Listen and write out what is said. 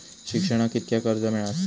शिक्षणाक कीतक्या कर्ज मिलात?